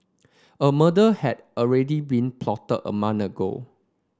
a murder had already been plotted a month ago